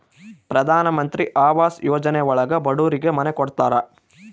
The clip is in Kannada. ಪ್ರಧನಮಂತ್ರಿ ಆವಾಸ್ ಯೋಜನೆ ಒಳಗ ಬಡೂರಿಗೆ ಮನೆ ಕೊಡ್ತಾರ